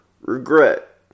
Regret